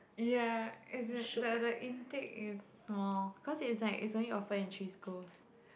ya as in the the intake is small cause is like is only offered in three scores